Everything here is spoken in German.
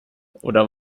oder